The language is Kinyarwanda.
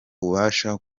ubasha